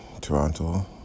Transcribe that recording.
Toronto